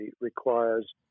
requires